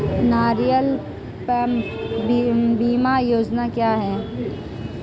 नारियल पाम बीमा योजना क्या है?